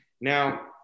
Now